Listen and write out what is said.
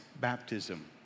baptism